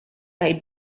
they